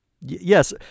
yes